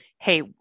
hey